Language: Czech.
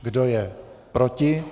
Kdo je proti?